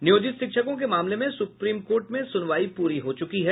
नियोजित शिक्षकों में मामले में सुप्रीम कोर्ट में सुनवाई पूरी हो चुकी है